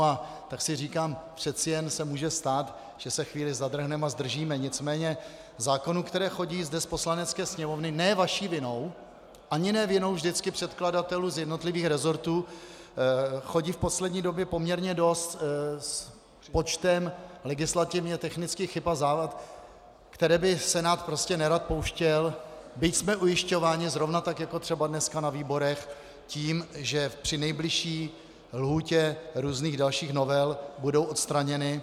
A tak si říkám, přece jen se může stát, že se chvíli zadrhneme a zdržíme, nicméně zákonů, které chodí z Poslanecké sněmovny ne vaší vinou ani ne vždycky vinou předkladatelů z jednotlivých resortů, chodí v poslední době poměrně dost s počtem legislativně technických chyb a závad, které by Senát prostě nerad pouštěl, byť jsme ujišťováni zrovna tak jako třeba dneska na výborech o tom, že při nejbližší lhůtě různých dalších novel budou odstraněny.